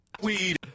Weed